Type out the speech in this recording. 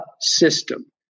system